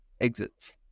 exits